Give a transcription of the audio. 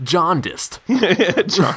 Jaundiced